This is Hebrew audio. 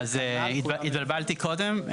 אז התבלבלתי קודם.